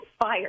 fired